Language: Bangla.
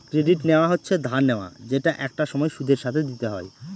ক্রেডিট নেওয়া হচ্ছে ধার নেওয়া যেটা একটা সময় সুদের সাথে দিতে হয়